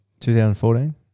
2014